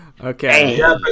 Okay